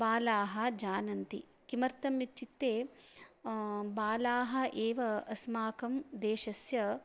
बालाः जानन्ति किमर्थम् इत्युक्ते बालाः एव अस्माकं देशस्य